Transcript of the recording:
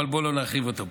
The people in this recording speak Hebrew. אבל בוא לא נרחיב אותו פה,